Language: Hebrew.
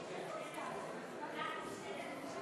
אדוני היושב-ראש,